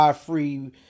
free